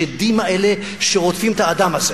השדים האלה שרודפים את האדם הזה?